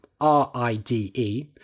R-I-D-E